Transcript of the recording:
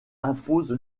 impose